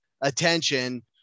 attention